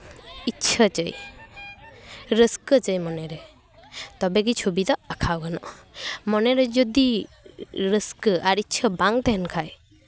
ᱤᱪᱪᱷᱟᱹ ᱪᱟᱹᱭ ᱨᱟᱹᱥᱠᱟᱹ ᱪᱟᱹᱭ ᱢᱚᱱᱮᱨᱮ ᱛᱚᱵᱮᱜᱮ ᱪᱷᱚᱵᱤ ᱫᱚ ᱟᱸᱠᱟᱣ ᱜᱟᱱᱚᱜᱼᱟ ᱢᱚᱱᱮᱨᱮ ᱡᱩᱫᱤ ᱨᱟᱹᱥᱠᱟᱹ ᱟᱨ ᱤᱪᱪᱷᱟᱹ ᱵᱟᱝ ᱛᱟᱦᱮᱱ ᱠᱷᱟᱡ